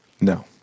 No